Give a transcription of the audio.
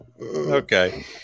okay